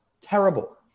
Terrible